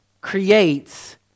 creates